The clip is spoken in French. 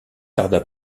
tarda